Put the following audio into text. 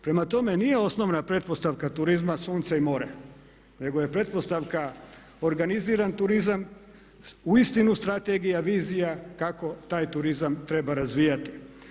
Prema tome, nije osnovna pretpostavka turizma sunce i more nego je pretpostavka organiziran turizam, uistinu strategija, vizija kako taj turizam treba razvijati.